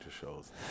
shows